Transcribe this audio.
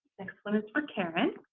next one is for karren.